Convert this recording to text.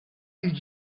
did